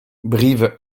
brive